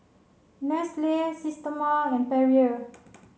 Nestle Systema and Perrier